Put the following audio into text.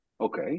Okay